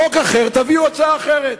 חוק אחר, תביאו הצעה אחרת.